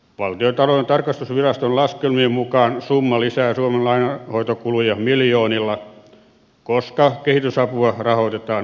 valtiontalouden tarkastusviraston laskelmien mukaan summa lisää suomen lainanhoitokuluja miljoonilla koska kehitysapua rahoitetaan velkarahalla